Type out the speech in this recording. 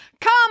Come